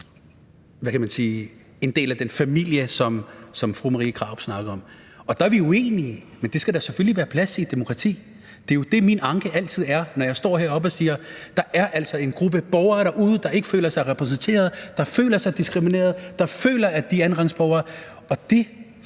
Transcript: hvad kan man sige, en del af den familie, som fru Marie Krarup snakkede om. Der er vi uenige. Men det skal der selvfølgelig være plads til i et demokrati. Det er jo det, min anke altid går på, når jeg står heroppe og siger: Der er altså en gruppe borgere derude, der ikke føler sig repræsenteret, der føler sig diskrimineret, der føler, at de er andenrangsborgere. Det